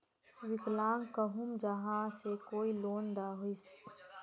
विकलांग कहुम यहाँ से कोई लोन दोहिस?